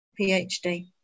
PhD